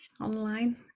online